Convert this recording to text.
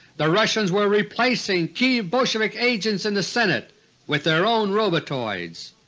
the russians were replacing key bolshevik agents in the senate with their own robotoids.